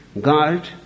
God